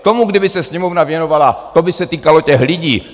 Tomu, kdyby se Sněmovna věnovala, to by se týkalo těch lidí.